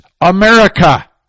America